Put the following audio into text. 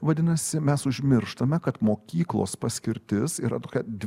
vadinasi mes užmirštame kad mokyklos paskirtis yra kad